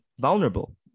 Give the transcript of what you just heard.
vulnerable